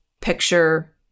picture